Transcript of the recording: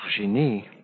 Virginie